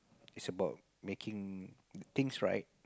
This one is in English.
it's about making things right